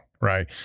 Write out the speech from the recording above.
Right